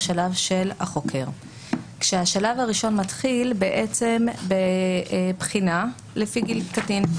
בשלב של החוקר כאשר השלב הראשון מתחיל בבחינה לפי גיל קטין.